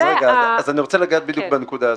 אני רוצה לגעת בדיוק בנקודה הזאת.